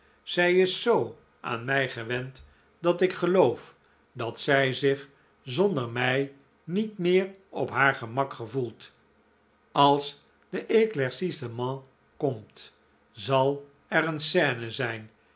zij is zoo aan mij gewend dat ik geloof dat zij zich zonder mij niet meer op haar gemak gevoelt als de eclaircissement komt zal er een scene zijn